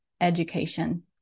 education